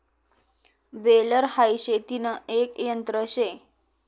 baler हाई शेतीन एक यंत्र शे